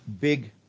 big